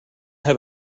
have